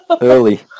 early